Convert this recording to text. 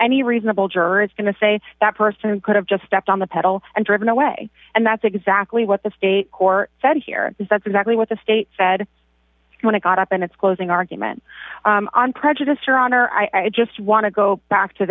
any reasonable juror is going to say that person could have just stepped on the pedal and driven away and that's exactly what the state court said here that's exactly what the state said when i got up and it's closing argument on prejudice your honor i just want to go back to